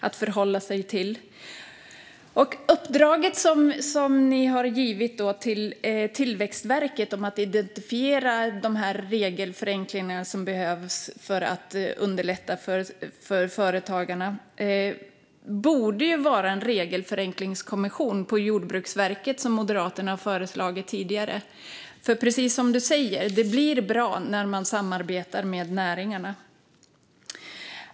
Det uppdrag som ni har givit till Tillväxtverket vad gäller att identifiera de regelförenklingar som behövs för att underlätta för företagarna borde ha varit en regelförenklingskommission på Jordbruksverket, vilket Moderaterna tidigare har föreslagit. Precis som ministern säger blir det bra när man samarbetar med näringarna.